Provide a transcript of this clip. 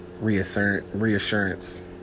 Reassurance